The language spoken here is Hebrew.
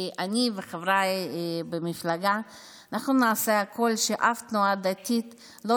אני וחבריי במפלגה נעשה הכול שאף תנועה דתית לא